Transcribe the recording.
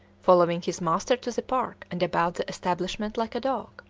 following his master to the park and about the establishment like a dog.